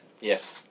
Yes